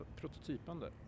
prototypande